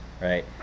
right